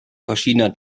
verschiedener